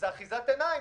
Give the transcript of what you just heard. זו אחיזת עיניים.